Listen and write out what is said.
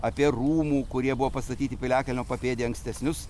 apie rūmų kurie buvo pastatyti piliakalnio papėdėje ankstesnius